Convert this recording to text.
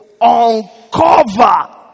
uncover